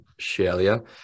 Shelia